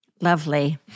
Lovely